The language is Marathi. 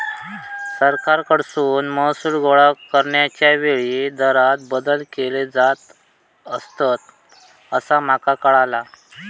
सरकारकडसून महसूल गोळा करण्याच्या वेळी दरांत बदल केले जात असतंत, असा माका कळाला